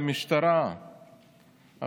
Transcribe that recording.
למשטרה,